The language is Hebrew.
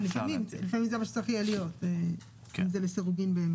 זה לסירוגין.